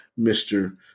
Mr